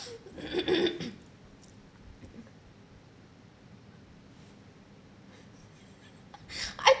I